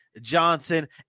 johnson